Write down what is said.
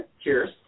Cheers